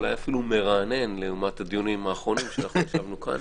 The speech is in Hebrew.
אולי אפילו מרענן לעומת הדיונים האחרונים שנערכו כאן.